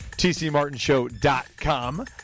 tcmartinshow.com